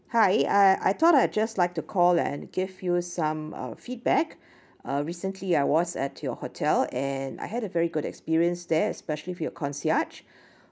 hi I I thought I'd just like to call and give you some uh feedback uh recently I was at your hotel and I had a very good experience there especially for your concierge